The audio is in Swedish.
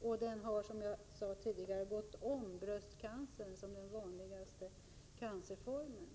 Prostatacancer har, som jag sade tidigare, gått om bröstcancer som den vanligaste cancerformen.